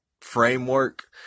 framework